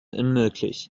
unmöglich